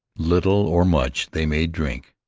little or much they may drink,